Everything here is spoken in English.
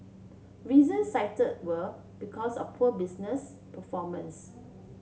reasons cited were because of poor business performance